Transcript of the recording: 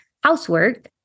housework